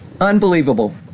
Unbelievable